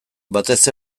batez